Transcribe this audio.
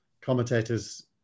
commentators